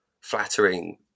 flattering